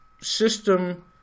system